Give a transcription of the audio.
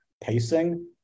pacing